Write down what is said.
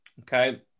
okay